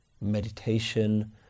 meditation